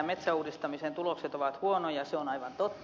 metsänuudistamisen tulokset ovat huonoja se on aivan totta